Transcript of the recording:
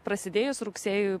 prasidėjus rugsėjui